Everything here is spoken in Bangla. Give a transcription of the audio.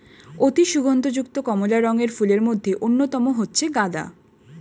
অতি সুগন্ধ যুক্ত কমলা রঙের ফুলের মধ্যে অন্যতম হচ্ছে গাঁদা